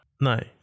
No